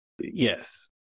Yes